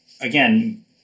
Again